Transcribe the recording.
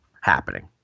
happening